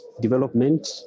development